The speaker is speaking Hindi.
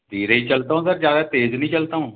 धीरे ही चलता हूँ सर ज़्यादा तेज़ नहीं चलता हूँ